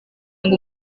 ngo